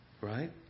Right